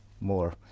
more